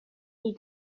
бул